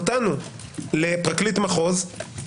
בבקשה.